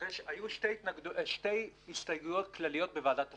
אחרי שהיו שתי הסתייגויות כלליות בוועדת השרים,